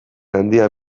handia